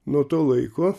nuo to laiko